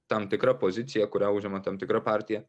tam tikra pozicija kurią užima tam tikra partija